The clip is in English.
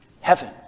heaven